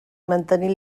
mantenir